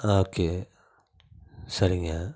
ஆ okay சரிங்க